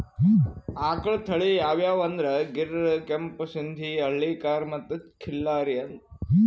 ಆಕಳ್ ತಳಿ ಯಾವ್ಯಾವ್ ಅಂದ್ರ ಗೀರ್, ಕೆಂಪ್ ಸಿಂಧಿ, ಹಳ್ಳಿಕಾರ್ ಮತ್ತ್ ಖಿಲ್ಲಾರಿ